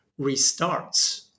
restarts